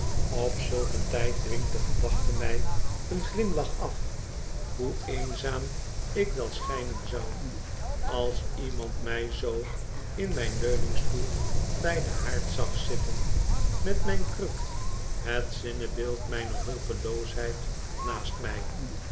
op zulk een tijd dwingt de gedachte mij een glimlach af hoe eenzaam ik wel schijnenzou als iemand mij zoo in mijn leuningstoel bij den haard zag zitten met mijn kruk het zinnebeeld mijner hulpeloosheid naast mij